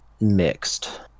mixed